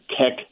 tech